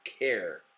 care